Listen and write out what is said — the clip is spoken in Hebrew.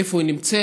איפה היא נמצאת.